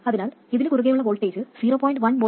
അതിനാൽ ഇതിന് കുറുകേയുള്ള വോൾട്ടേജ് 0